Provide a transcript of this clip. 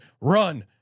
run